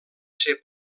ser